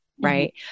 right